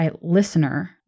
listener